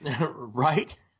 Right